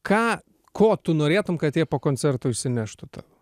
ką ko tu norėtum kad jie po koncerto išsineštų tąvo